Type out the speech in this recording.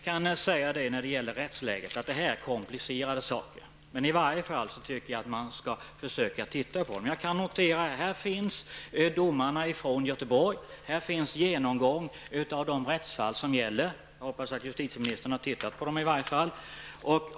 Herr talman! När det gäller rättsläget är det komplicerade saker, men jag tycker att man skall försöka titta på dem. Här finns domarna från Göteborg, och här finns genomgångar av de rättsfall som gäller. Jag hoppas att justitieministern i varje fall har tittat på dem.